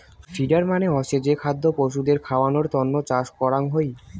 feeder মানে হসে যে খাদ্য পশুদের খাওয়ানোর তন্ন চাষ করাঙ হই